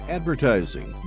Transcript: Advertising